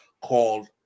called